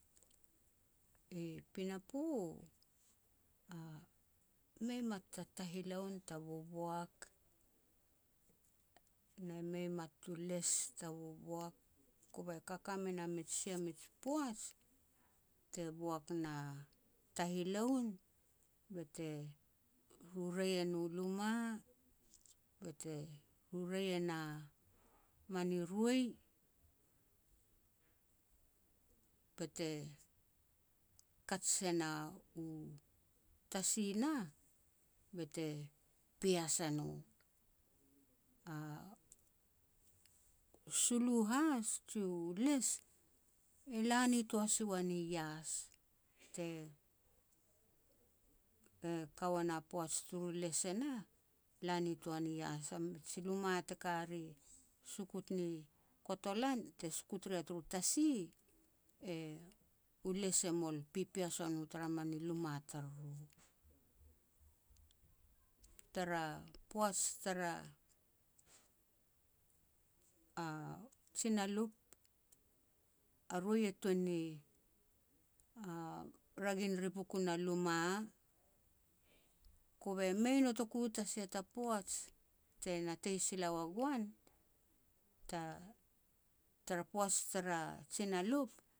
I pinapo, mei mat ta tahiloun ta boboak, ne mei mat tu les ta boboak. Kove kaka me na mij sia mij poaj te boak na tahiloun bete rurei e nu luma, bete rurei e na mani roi, bete kaj se na u tasi nah, bete pias a no. U sulu has jiu les e la nitoa si ua ni ias te e ka ua na poaj turu les e nah, la nitoa ni ias. A mij luma te ka ri sukut ni kotolan te sukut ria turu tasi, u les e mol pipias a no tara min luma tariru. Tara poaj tara a jinalup, a roi e tuan ni a ragin ri bukun a luma, kove mei notoku ta sia ta poaj te natei sila ua goan, ta-tara poaj tara jinalup